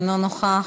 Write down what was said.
אינו נוכח,